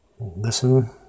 Listen